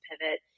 pivot